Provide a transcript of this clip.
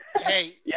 Hey